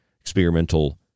experimental